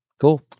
Cool